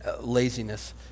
laziness